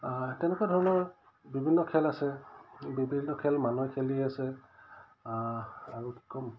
তেনেকুৱা ধৰণৰ বিভিন্ন খেল আছে বিভিন্ন খেল মানুহে খেলি আছে আৰু কি ক'ম